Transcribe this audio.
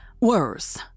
Worse